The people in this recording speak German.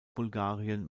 bulgarien